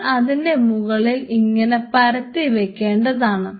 നിങ്ങൾ അതിനെ മുകളിൽ ഇങ്ങനെ പരത്തി വെക്കേണ്ടതാണ്